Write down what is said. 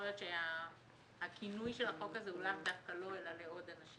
יכול להיות שהכינוי של החוק הזה הוא לאו דווקא לו אלא לעוד אנשים,